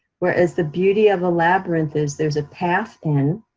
whereas the beauty of a labyrinth is there's a path end,